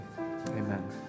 Amen